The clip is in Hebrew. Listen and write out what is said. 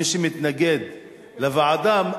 ומי שמתנגד לוועדה,